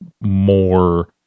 more